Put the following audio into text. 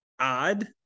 odd